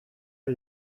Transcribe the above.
are